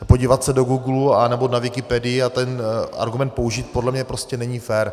A podívat se do Googlu nebo na Wikipedii a ten argument použít, podle mě prostě není fér.